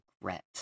regret